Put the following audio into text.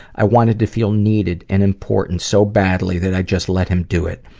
i wanted to feel needed and important so badly that i just let him do it.